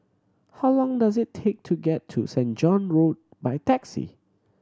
how long does it take to get to Saint John Road by taxi